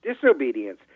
disobedience